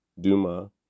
Duma